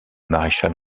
maréchal